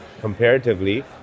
comparatively